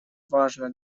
важно